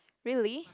really